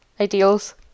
ideals